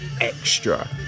extra